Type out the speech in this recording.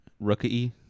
rookie